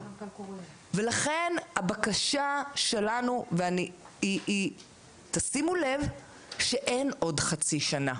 ולכן הבקשה שלנו היא תשימו לב שאין עוד חצי שנה,